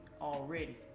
already